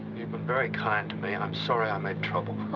you've been very kind to me. i'm sorry i made trouble.